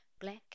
Black